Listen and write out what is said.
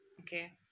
Okay